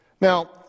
Now